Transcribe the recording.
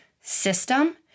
system